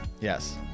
Yes